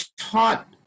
taught